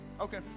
Okay